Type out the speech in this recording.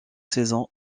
saison